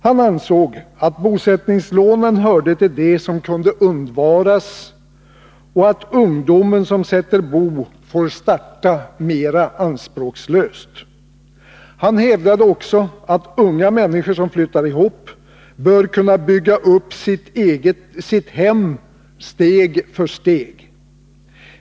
Han ansåg att bosättningslånen hörde till det som kunde undvaras och att ungdomen som sätter bo får starta mera anspråkslöst. Han hävdade också att unga människor som flyttar ihop bör kunna bygga upp sitt hem steg för steg.